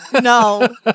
no